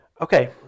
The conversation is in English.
Okay